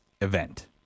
event